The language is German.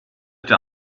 der